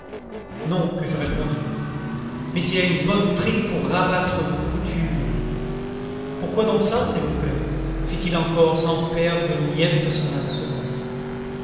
non que je répondis mais il y a une bonne trique pour rabattre vos coutures pourquoi donc ça s'il vous plaît fit-il encore sans perdre une miette de son assurance